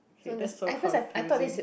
okay that's so confusing